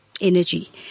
energy